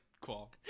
cool